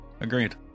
Agreed